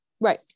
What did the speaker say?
Right